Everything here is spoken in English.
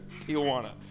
Tijuana